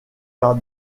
par